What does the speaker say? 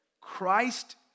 Christ